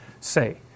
say